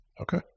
okay